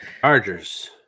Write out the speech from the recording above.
Chargers